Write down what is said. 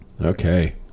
okay